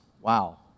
Wow